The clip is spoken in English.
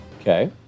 Okay